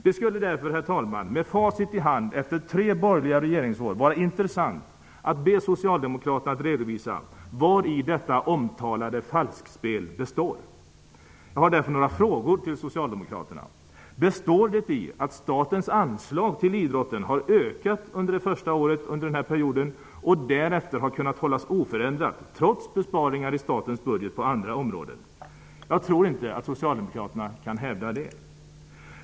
Det skulle därför, herr talman, med facit i hand efter tre borgerliga regeringsår, vara intressant att be Socialdemokraterna redovisa vari detta omtalade falskpel består. Socialdemokraterna. Består falskspelet i att statens anslag till idrotten har ökat under det första året under denna period och därefter kunnat hållas oförändrat, trots besparingar i statens budget på andra områden? Jag tror inte att Socialdemokraterna kan hävda det.